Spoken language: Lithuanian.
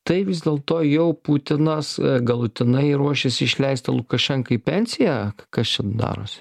tai vis dėlto jau putinas galutinai ruošiasi išleisti lukašenką į pensiją kas čia darosi